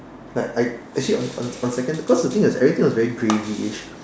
like I actually on on second because the thing was everything was very gravyish